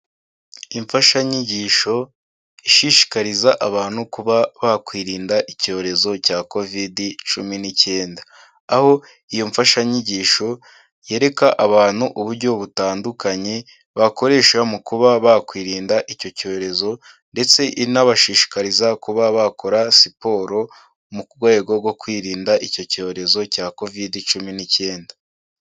Imfashanyigisho ishishikariza abantu kuba bakwirinda icyorezo cya Covid cumi n'icyenda. Aho iyo mfashanyigisho yereka abantu uburyo butandukanye bakoresha mu kuba bakwirinda icyo cyorezo ndetse inabashishikariza kuba bakora siporo mu rwego rwo kwirinda icyo cyorezo cya Covid cumi n'icyenda.